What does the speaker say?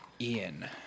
Ian